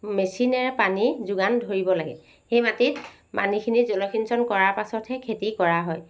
মেচিনেৰে পানী যোগান ধৰিব লাগে সেই মাটিত পানীখিনি জলসিঞ্চক কৰা পাছতহে খেতি কৰা হয়